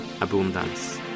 abundance